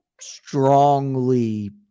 strongly